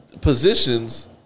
positions